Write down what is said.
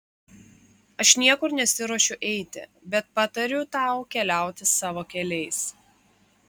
aš niekur nesiruošiu eiti bet patariu tau keliauti savo keliais